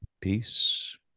peace